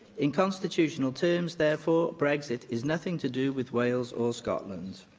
in constitutional terms, therefore, brexit is nothing to do with wales or scotland.